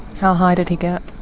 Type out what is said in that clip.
how high did he get?